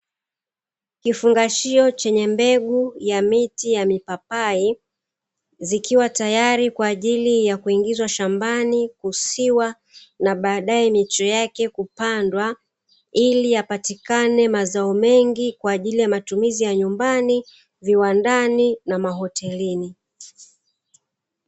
Kifungashio chenye mbegu ya miti ya mipapai, zikiwa tayari kwa ajili ya kuingizwa shambani kusiwa na baadae miche yake kupandwa ili yapatikane mazao mengi kwa ajili ya matumizi ya nyumbani, viwandani na mahotelini.